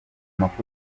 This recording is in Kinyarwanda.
amakuru